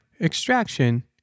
extraction